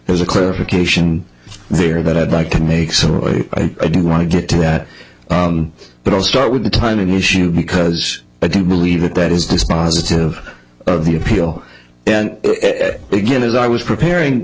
there's a clarification there that i'd like to make so i i do want to get to that but i'll start with the timing issue because i do believe that that is dispositive of the appeal and again as i was preparing